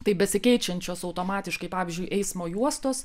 tai besikeičiančios automatiškai pavyzdžiui eismo juostos